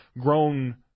grown